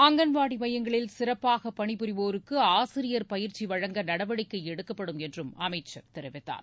அங்கன்வாடி மையங்களில் சிறப்பாக பணிபுரிவோருக்கு ஆசிரியர் பயிற்சி வழங்க நடவடிக்கை எடுக்கப்படும் என்றும் அமைச்சர் தெரிவித்தார்